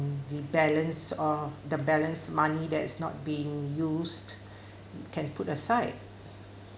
and the balance or the balance money that is not being used can put aside